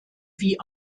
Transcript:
wie